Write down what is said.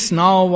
now